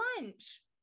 lunch